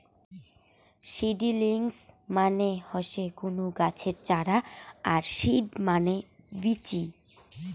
seedlings মানে হসে কুনো গাছের চারা আর সিড মানে বীচি